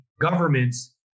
governments